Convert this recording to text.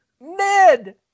ned